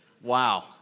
Wow